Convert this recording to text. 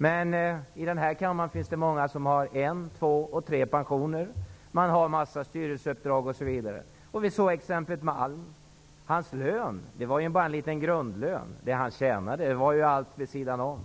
Men i denna kammare finns många som har en, två eller tre pensioner, man har en massa styrelseuppdrag osv. Vi såg exemplet Stig Malm. Hans lön var bara en liten grundlön. Allt det han gjorde pengar på låg vid sidan om.